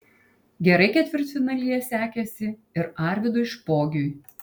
gerai ketvirtfinalyje sekėsi ir arvydui špogiui